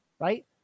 right